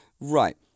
Right